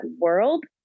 world